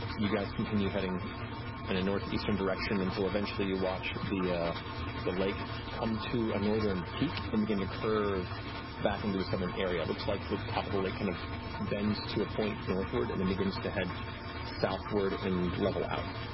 you guys continue heading in a northeastern direction until eventually you watch the lake come to a northern peak and begin to curve back into a southern area. it looks like the top of the lake kind of bends to a point northward and then begins to head southward and level out.